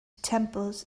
temples